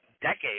decades